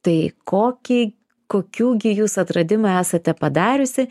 tai kokį kokių gi jūs atradimų esate padariusi